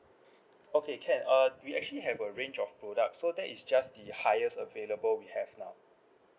okay can uh we actually have a range of product so that is just the highest available we have now